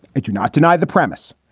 and you're not denied the premise.